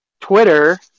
Twitter